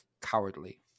cowardly